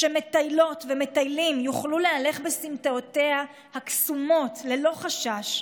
שמטיילות ומטיילים יוכלו להלך בסמטאותיה הקסומות ללא חשש,